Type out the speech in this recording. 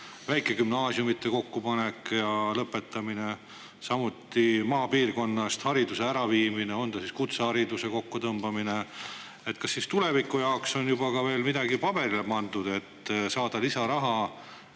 väikegümnaasiumide kokkupanek ja lõpetamine, samuti maapiirkonnast hariduse äraviimine, näiteks kutsehariduse kokkutõmbamine. Kas tuleviku jaoks on juba midagi paberile pandud, et saada lisaraha